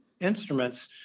instruments